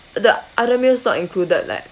the other meals not included leh